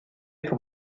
pour